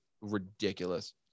ridiculous